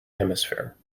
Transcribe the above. hemisphere